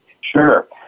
Sure